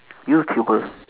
YouTuber